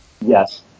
Yes